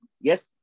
yes